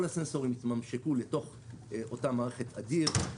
כל הסנסורים יתממשקו לתוך אותה מערכת אדיר.